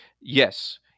yes